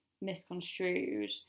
misconstrued